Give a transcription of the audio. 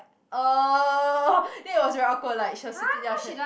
uh then it was very awkward like she was sitting down she like